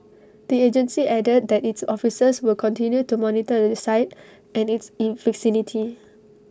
the agency added that its officers will continue to monitor the site and its in vicinity